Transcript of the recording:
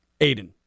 Aiden